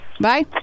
Bye